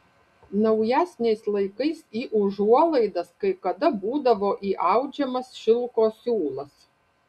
naujesniais laikais į užuolaidas kai kada būdavo įaudžiamas šilko siūlas